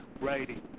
writing